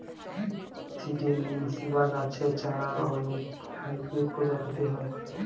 seedlings বা গাছের চারার অনেক হাইব্রিড প্রজাতি হয়